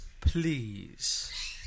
please